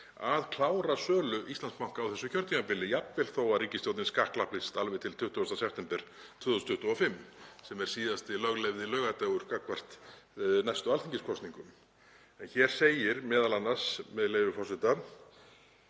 að klára sölu Íslandsbanka á þessu kjörtímabili, jafnvel þó að ríkisstjórnin skakklappist alveg til 20. september 2025, sem er síðasti löglegi laugardagur gagnvart næstu alþingiskosningum. Hér segir m.a., með leyfi forseta: